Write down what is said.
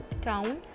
town